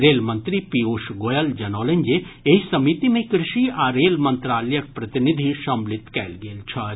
rail मंत्री पीयूष गोयल जनौलनि जे एहि समिति मे कृषि आ रेल मंत्रालयक प्रतिनिधि सम्मिलित कयल गेल छथि